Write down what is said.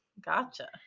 Gotcha